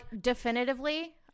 definitively